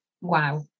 Wow